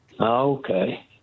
Okay